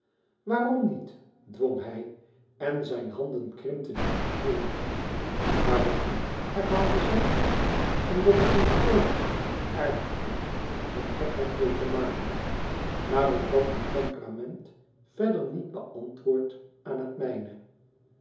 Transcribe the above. waarom niet dwong hij en zijn handen krimpten ineen waarom niet herhaalde zij omdat ik u vroolijk en aardig vind om gekheid meê te maken maar omdat uw temperament verder niet beantwoordt aan het mijne